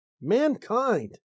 mankind